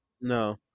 No